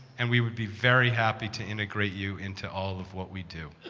and we would be very happy to integrate you into all of what we do.